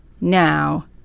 now